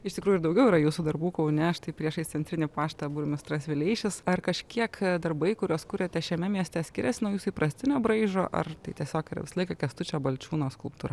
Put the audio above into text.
iš tikrųjų ir daugiau yra jūsų darbų kaune štai priešais centrinį paštą burmistras vileišis ar kažkiek darbai kuriuos kuriate šiame mieste skiriasi nuo jūsų įprastinio braižo ar tai tiesiog yra visą laiką kęstučio balčiūno skulptūra